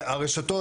והרשתות,